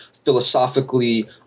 philosophically